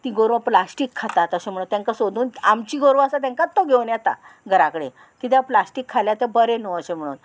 ती गोरवां प्लास्टीक खातात अशें म्हणून तांकां सोदून आमची गोरवां आसा तांकां तो घेवन येता घरा कडेन किद्याक प्लास्टीक खाल्यार ते बरें न्हू अशें म्हणून